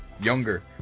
younger